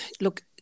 Look